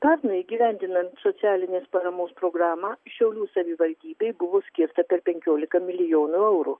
pernai įgyvendinant socialinės paramos programą šiaulių savivaldybei buvo skirta per penkiolika milijonų eurų